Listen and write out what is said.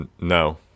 No